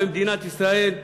במדינת ישראל,